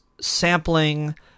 sampling